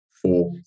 Four